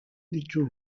ditu